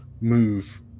move